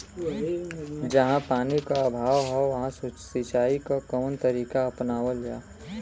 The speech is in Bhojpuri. जहाँ पानी क अभाव ह वहां सिंचाई क कवन तरीका अपनावल जा?